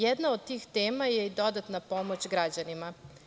Jedna od tih tema je i dodatna pomoć građanima.